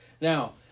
Now